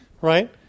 right